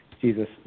Jesus